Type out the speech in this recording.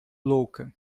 louca